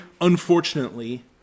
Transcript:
unfortunately